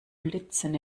blitzen